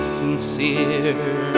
sincere